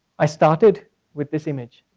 i started with this image